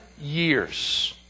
years